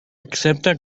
accepta